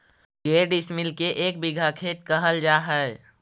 के डिसमिल के एक बिघा खेत कहल जा है?